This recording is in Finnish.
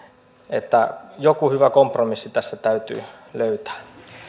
että joku hyvä kompromissi tässä täytyy löytää